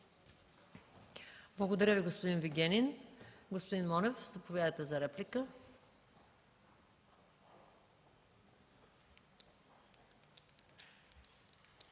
Благодаря Ви, господин Вигенин. Господин Монев, заповядайте за реплика.